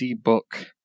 book